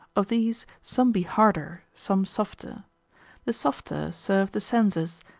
of these some be harder, some softer the softer serve the senses,